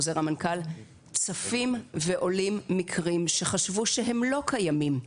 צפים ועולים מקרים שחשבו שהם לא קיימים.